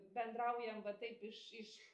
bendraujam va taip iš iš